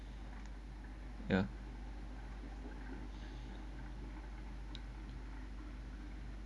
ya